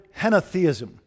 henotheism